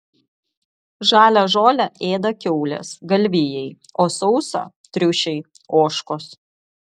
žalią žolę ėda kiaulės galvijai o sausą triušiai ožkos